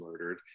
murdered